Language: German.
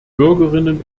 bürgerinnen